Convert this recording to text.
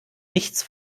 nichts